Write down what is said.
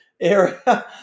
area